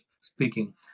speaking